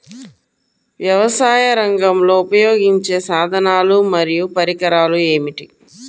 వ్యవసాయరంగంలో ఉపయోగించే సాధనాలు మరియు పరికరాలు ఏమిటీ?